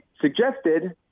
suggested